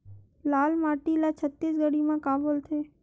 लाल माटी ला छत्तीसगढ़ी मा का बोलथे?